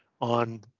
on